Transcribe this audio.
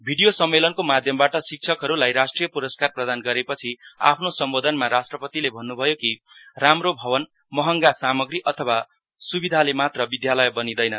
video सम्मेलनको माध्यमबाट शिक्षकहरूलाई राष्ट्रिय पुरस्कार प्रदान गरेपछ आफ्नो सम्बोधनमा राष्ट्रपतिले भन्नभयो कि राम्रो भवन महँगा सामग्री अथवा सविधाले मात्र विद्यालय बनिदैन